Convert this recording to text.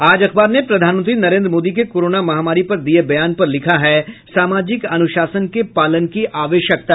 आज अखबार ने प्रधानमंत्री नरेंद्र मोदी के कोरोना महामारी पर दिये बयान पर लिखा है सामाजिक अनुशासन के पालन की आवश्यकता